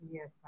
Yes